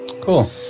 cool